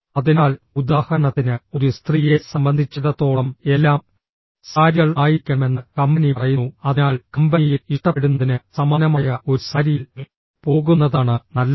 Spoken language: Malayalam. അതിനാൽ ഉദാഹരണത്തിന് ഒരു സ്ത്രീയെ സംബന്ധിച്ചിടത്തോളം എല്ലാം സാരികൾ ആയിരിക്കണമെന്ന് കമ്പനി പറയുന്നു അതിനാൽ കമ്പനിയിൽ ഇഷ്ടപ്പെടുന്നതിന് സമാനമായ ഒരു സാരിയിൽ പോകുന്നതാണ് നല്ലത്